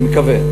אני מקווה.